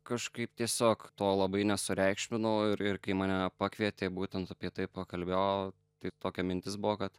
kažkaip tiesiog to labai nesureikšminau ir ir kai mane pakvietė būtent apie tai pakalbėo tai tokia mintis buvo kad